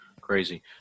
crazy